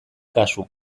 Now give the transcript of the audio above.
kasu